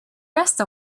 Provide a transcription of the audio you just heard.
rest